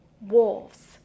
wolves